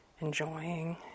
enjoying